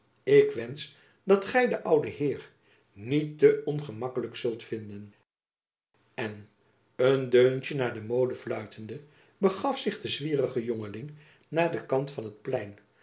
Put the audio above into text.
ik wensch dat gy den ouden heer niet te ongemakkelijk zult vinden en een deuntjen naar de mode fluitende begaf zich de zwierige jongeling naar den kant van het plein